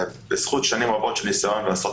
בזכות שנים רבות של ניסיון ועשרות